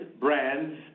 brands